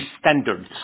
standards